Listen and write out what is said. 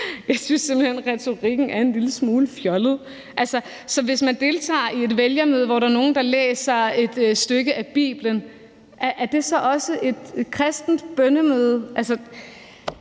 Jeg synes simpelt hen, at retorikken er en lille smule fjollet. Altså, så hvis man deltager i et vælgermøde, hvor der er nogen, der læser et stykke af Bibelen, er det så også et kristent bønnemøde?